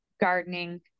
Gardening